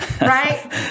Right